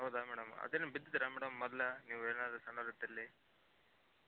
ಹೌದಾ ಮೇಡಮ್ ಅದು ಏನು ಬಿದ್ದಿದ್ದೀರಾ ಮೇಡಮ್ ಮೊದ್ಲೆ ನೀವು ಏನಾರು ಸಣ್ಣವ್ರು ಇದ್ದಲ್ಲಿ